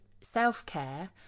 self-care